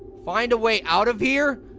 find a way out of here?